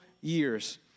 years